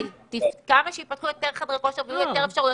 ככל שייפתחו יותר חדרי כושר ויהיו יותר אפשרויות,